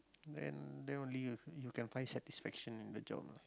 then then only you you can find satisfaction in the job